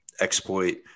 Exploit